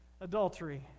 adultery